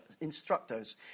instructors